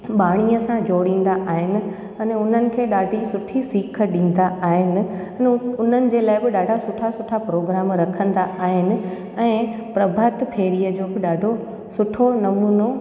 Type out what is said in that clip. ॿाड़ीअ सां जोड़ींदा आहिनि अने उन्हनि खे ॾाढी सुठी सिख ॾींदा आहिनि उन्हनि जे लाइ बि ॾाढा सुठा सुठा प्रोग्राम रखंदा आहिनि ऐं प्रभात फेरीअ जो बि ॾाढो सुठो नमूनो